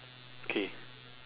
okay